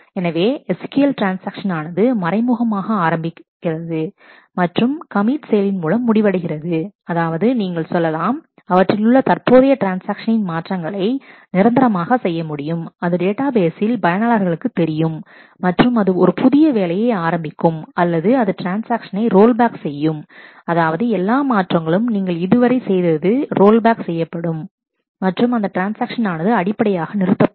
எனவே SQL ட்ரான்ஸ்ஆக்ஷன்ஆனது மறைமுகமாக ஆரம்பமாகிறது மற்றும் கமிட் செயலின் மூலம் முடிவடைகிறது அதாவது நீங்கள் சொல்லலாம் அவற்றிலுள்ள தற்போதைய ட்ரான்ஸ்ஆக்ஷனின் மாற்றங்களை நிரந்தரமாக செய்ய முடியும் அது டேட்டாபேஸில் பயனாளர்களுக்கு தெரியும் மற்றும் அது ஒரு புதிய வேலையை ஆரம்பிக்கும் அல்லது அது ட்ரான்ஸ்ஆக்ஷனை ரோல்பேக் செய்யும் அதாவது எல்லா மாற்றங்களும் நீங்கள் இதுவரை செய்தது ரோல் பேக் செய்யப்படும் மற்றும் அந்த ட்ரான்ஸ்ஆக்ஷன்ஆனது அடிப்படையாக நிறுத்தப்படும்